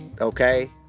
Okay